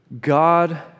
God